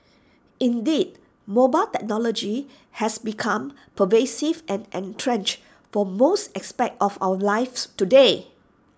indeed mobile technology has become pervasive and entrenched for most aspects of our lives today